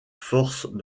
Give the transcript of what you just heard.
force